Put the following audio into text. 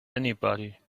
anybody